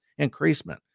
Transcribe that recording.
increasement